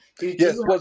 Yes